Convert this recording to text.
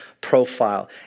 profile